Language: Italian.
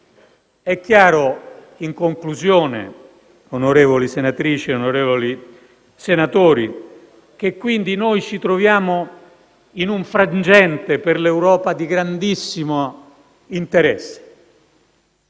È chiaro, in conclusione, onorevoli senatrici e onorevoli senatori, che ci troviamo in un frangente per l'Europa di grandissimo interesse.